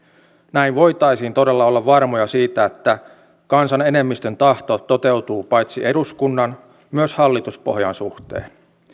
näin voitaisiin todella olla varmoja siitä että kansan enemmistön tahto toteutuu paitsi eduskunnan myös hallituspohjan suhteen